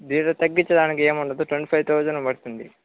దీనిలో తగ్గించేదానికి ఏముండదు ట్వంటీ ఫైవ్ థౌజండ్ పడుతుంది